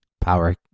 power